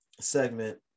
segment